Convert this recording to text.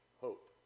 hope